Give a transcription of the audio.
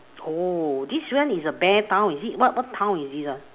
oh this one is a bear town is it what what town is this ah